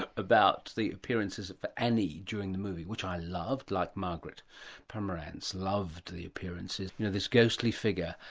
ah about the appearances of annie during the movie, which i loved like margaret pomeranz loved the appearances, you know, this ghostly figure.